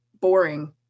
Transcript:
boring